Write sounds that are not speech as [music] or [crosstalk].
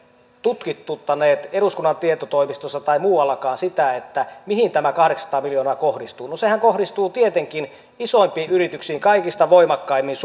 tutkituttaneet eduskunnan tietotoimistossa tai muuallakaan sitä mihin tämä kahdeksansataa miljoonaa kohdistuu no sehän kohdistuu tietenkin isoimpiin yrityksiin kaikista voimakkaimmin [unintelligible]